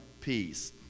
Peace